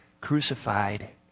crucified